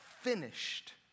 finished